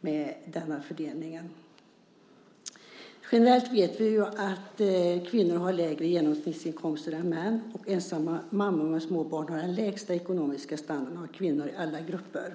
i fråga om denna fördelning. Vi vet att kvinnor generellt har lägre genomsnittsinkomster än män, och ensamstående mammor med små barn har den lägsta ekonomiska standarden av kvinnor i alla grupper.